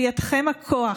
בידיכם הכוח,